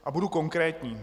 A budu konkrétní.